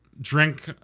Drink